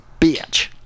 bitch